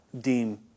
deem